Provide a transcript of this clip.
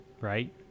right